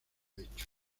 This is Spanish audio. hecho